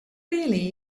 really